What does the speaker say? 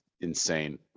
insane